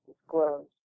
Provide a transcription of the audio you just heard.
disclosed